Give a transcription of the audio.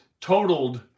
totaled